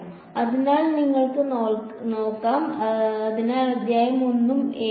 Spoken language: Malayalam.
അതിനാൽ നിങ്ങൾക്ക് നോക്കാം അതിനാൽ അദ്ധ്യായം 1 ഉം 7 ഉം